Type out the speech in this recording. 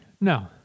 No